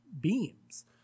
beams